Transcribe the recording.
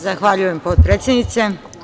Zahvaljujem, potpredsednice.